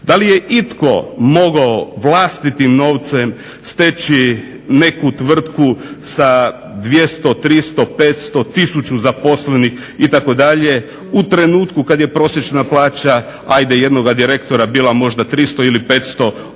Da li je itko mogao vlastitim novcem steći neku tvrtku sa nekih 200, 300, 500, tisuću zaposlenih itd. u trenutku kada je prosječna plaća ajde jednog direktora bila možda 300 ili 500 ondašnjih